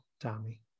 Tommy